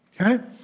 Okay